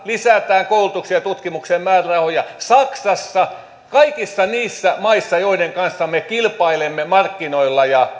lisätään koulutukseen ja tutkimukseen määrärahoja saksassa kaikissa niissä maissa joiden kanssa me kilpailemme markkinoilla ja